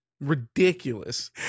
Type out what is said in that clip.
ridiculous